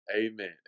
Amen